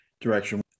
direction